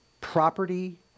property